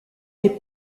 des